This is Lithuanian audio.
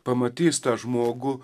pamatys tą žmogų